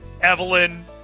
Evelyn